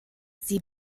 sie